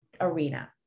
arena